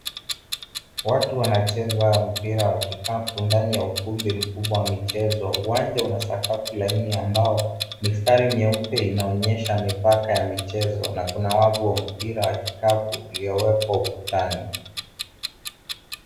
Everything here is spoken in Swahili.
Watu wanacheza mpira wa kikapu ndani ya ukumbi mkubwa wa michezo. Uwanja una sakafu laini ya mbao. Mistari myeupe inaonyesha mipaka ya michezo na kuna wavu wa mpira wa kikapu uliowekwa ukutani.